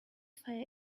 fair